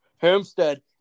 Homestead